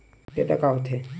Data का होथे?